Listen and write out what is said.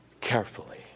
carefully